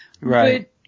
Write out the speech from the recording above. right